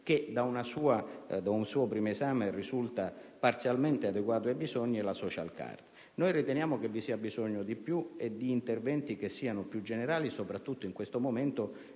che da un suo primo esame risulta parzialmente adeguato ai bisogni, e la *social card*. Noi riteniamo che vi sia bisogno di maggiori interventi e comunque di interventi che siano più generali, soprattutto in questo momento